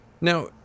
Now